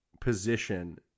position